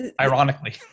ironically